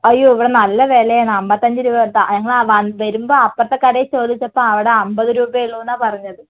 അയ്യോ ഇവിടെ നല്ല വിലയാണ് അമ്പത്തഞ്ച് രൂപ ഞങ്ങള് വരുമ്പോൾ അപ്പുറത്തെ കടയിൽ ചോദിച്ചപ്പോൾ അവിടെ അമ്പത് രൂപയേ ഉള്ളുന്നാണ് പറഞ്ഞത്